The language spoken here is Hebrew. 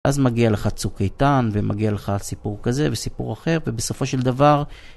אז מגיע לך צוק איתן ומגיע לך סיפור כזה וסיפור אחר ובסופו של דבר